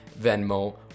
Venmo